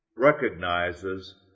recognizes